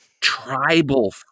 tribal